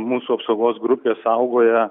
mūsų apsaugos grupė saugoja